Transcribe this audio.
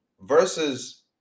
versus